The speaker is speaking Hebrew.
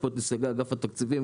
נמצאים פה נציגי אגף התקציבים,